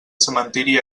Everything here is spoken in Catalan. cementiri